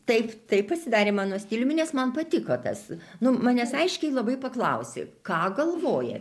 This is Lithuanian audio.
taip tai pasidarė mano stiliumi nes man patiko tas nu manęs aiškiai labai paklausė ką galvoja